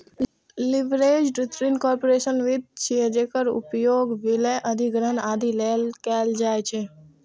leveraged ऋण corporate वित्त छियै, जेकर उपयोग विलय, अधिग्रहण, आदि लेल कैल जाइ छै